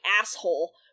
asshole